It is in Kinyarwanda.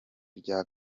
rya